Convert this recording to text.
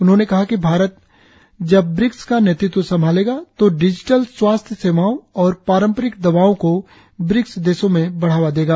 उन्होंने कहा कि भारत जब ब्रिक्स का नेतृत्व संभालेगा तो डिजिटल स्वास्थ्य सेवाओं और पारंपरिक दवाओं को ब्रिक्स देशों में बढ़ावा देगा